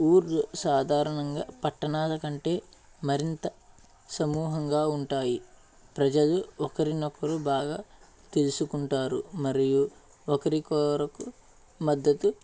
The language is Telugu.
ఊర్లు సాధారణంగా పట్టణాల కంటే మరింత సమూహంగా ఉంటాయి ప్రజలు ఒకరినొకరు బాగా తెలుసుకుంటారు మరియు ఒకరికొరకు మద్దతు